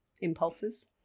impulses